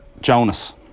Jonas